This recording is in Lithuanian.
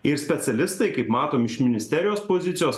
ir specialistai kaip matom iš ministerijos pozicijos